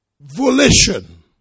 volition